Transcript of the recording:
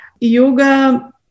yoga